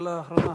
שאלה אחרונה,